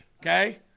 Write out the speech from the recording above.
okay